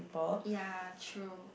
ya true